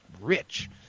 rich